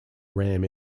ram